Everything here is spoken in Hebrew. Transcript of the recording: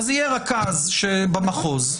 יהיה רכז במחוז.